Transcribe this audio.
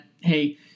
hey